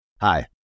Hi